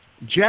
Jeff